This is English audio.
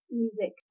music